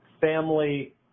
family